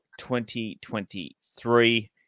2023